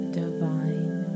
divine